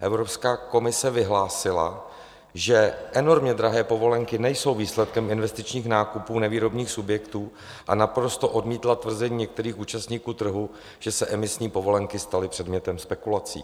Evropská komise vyhlásila, že enormně drahé povolenky nejsou výsledkem investičních nákupů nevýrobních subjektů, a naprosto odmítla tvrzení některých účastníků trhu, že se emisní povolenky staly předmětem spekulací.